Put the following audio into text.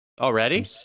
Already